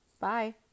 Bye